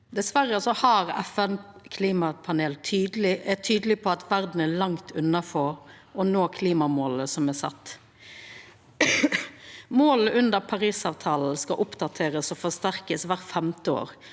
Dessverre er FNs klimapanel tydeleg på at verda er langt unna å nå dei klimamåla som er sette. Måla under Parisavtalen skal oppdaterast og forsterkast kvart femte år,